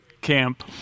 camp